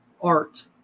art